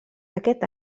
aquest